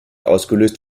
ausgelöst